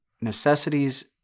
Necessities